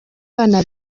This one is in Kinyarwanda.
abana